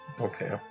Okay